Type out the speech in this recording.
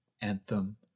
anthem